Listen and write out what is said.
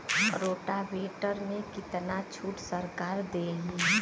Rotavator में कितना छूट सरकार देही?